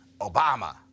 Obama